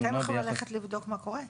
אתם יכולים כעת ללכת לבדוק מה קורה שם?